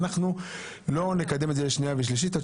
אנחנו לא נקדם את זה לשנייה ושלישית עד